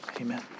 amen